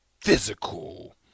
physical